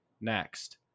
Next